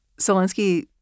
Zelensky